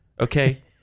Okay